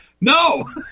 no